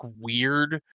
weird